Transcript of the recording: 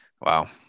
Wow